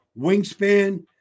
wingspan